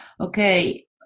okay